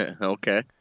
Okay